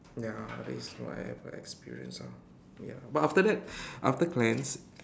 ya that is why I have a experience lah ya but after that after cleanse